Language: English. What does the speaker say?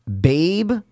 Babe